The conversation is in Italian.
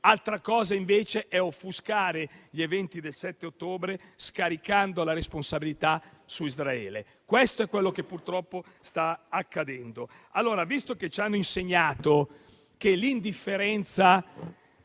altra cosa invece è offuscare gli eventi del 7 ottobre, scaricando la responsabilità su Israele, e questo purtroppo è quanto sta accadendo. Allora, visto che ci hanno insegnato che l'indifferenza